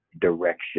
Direction